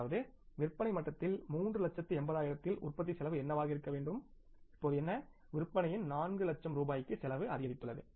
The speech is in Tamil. அதாவது விற்பனை மட்டத்தில் 3 லச்சத்து 80 ஆயிரத்தில் உற்பத்தி செலவு என்னவாக இருக்க வேண்டும் இப்போது என்ன விற்பனையின் 4 லட்சம் ரூபாய்க்கு செலவு அதிகரித்துள்ளது